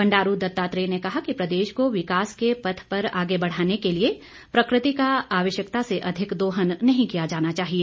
बंडारू दत्तात्रेय ने कहा कि प्रदेश को विकास के पथ पर आगे बढ़ाने के लिए प्रकृति का आवश्यकता से अधिक दोहन नहीं किया जाना चाहिए